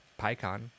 PyCon